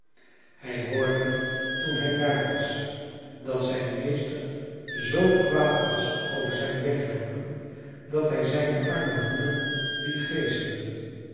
hij hoorde toen hij daar was dat zijn meester zoo kwaad was over zijn wegloopen dat hij zijne arme moeder liet geeselen